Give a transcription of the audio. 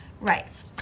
Right